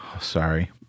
Sorry